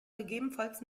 gegebenenfalls